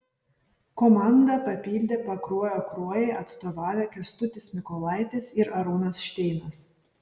komanda papildė pakruojo kruojai atstovavę kęstutis mykolaitis ir arūnas šteinas